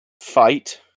Fight